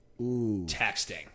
texting